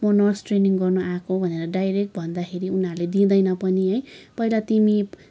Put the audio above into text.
म nurse training गर्न आएको भनेर डाइरेक्ट भन्दाखेरि उनीहरूले दिँदैन पनि है पहिला तिमी